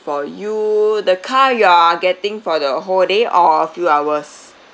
for you the car you are getting for the whole day or a few hours